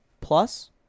plus